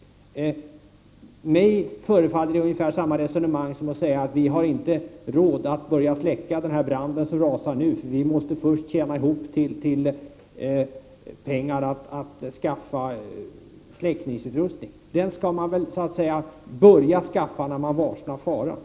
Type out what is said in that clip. Det förefaller mig vara ungefär samma slags resonemang som att säga att vi inte har råd att börja släcka den brand som rasar nu, för vi måste först tjäna ihop pengar att skaffa släckningsutrustning. Den skall man väl börja skaffa när man varsnar faran.